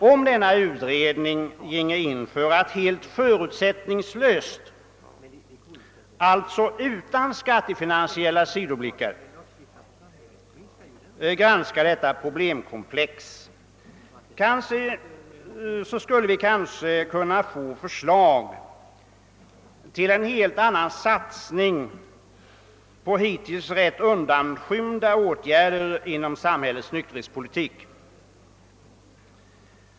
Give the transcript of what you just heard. Om utredningen går in för att helt förutsättningslöst, alltså utan skattefinansiella sidoblickar, granska detta problemkomplex kan vi kanske få ett förslag innebärande en helt annan satsning på hittills rätt undanskymda åtgärder inom samhällets nykterhetspolitik.